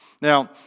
Now